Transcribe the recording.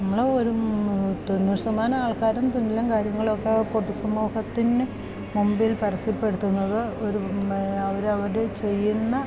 നമ്മൾ ഒരു തൊണ്ണൂറ് ശതമാനം ആൾക്കാരും തുന്നലും കാര്യങ്ങൾ ഒക്കെ പൊതുസമൂഹത്തിന് മുമ്പിൽ പരസ്യപ്പെടുത്തുന്നത് ഒരു അവരവർ ചെയ്യുന്ന